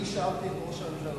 אני שאלתי את ראש הממשלה,